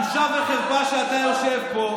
בושה וחרפה שאתה יושב פה.